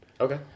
Okay